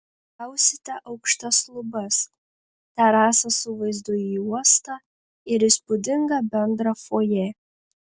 gausite aukštas lubas terasą su vaizdu į uostą ir įspūdingą bendrą fojė